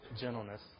gentleness